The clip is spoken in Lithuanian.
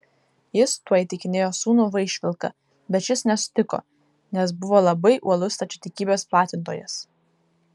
jis tuo įtikinėjo sūnų vaišvilką bet šis nesutiko nes buvo labai uolus stačiatikybės platintojas